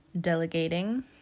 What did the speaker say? Delegating